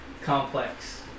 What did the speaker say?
complex